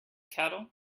cattle